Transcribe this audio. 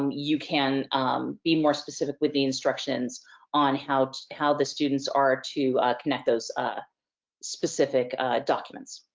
you can be more specific with the instructions on how how the students are to connect those ah specific documents.